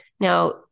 Now